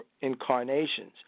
incarnations